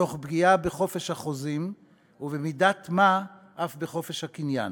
תוך פגיעה בחופש החוזים ובמידת מה אף בחופש הקניין.